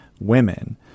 women